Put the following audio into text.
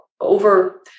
over